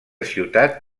ciutat